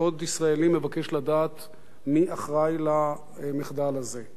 מבקש לדעת מי אחראי למחדל הזה,